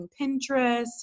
Pinterest